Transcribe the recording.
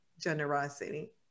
generosity